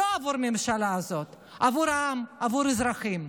לא עבור הממשלה הזאת, עבור העם, עבור האזרחים.